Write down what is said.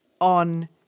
on